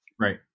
Right